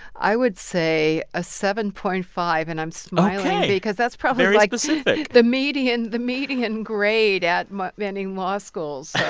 i would say a seven point five, and i'm smiling because that's probably, like. very specific. the median the median grade at many law schools